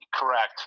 Correct